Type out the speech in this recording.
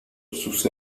sus